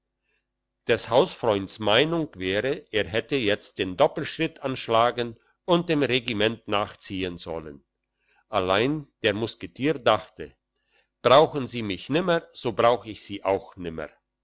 des hausfreunds meinung wäre er hätte jetzt den doppelschritt anschlagen und dem regiment nachziehen sollen allein der musketier dachte brauchen sie mich nimmer so brauch ich sie auch nimmer